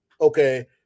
okay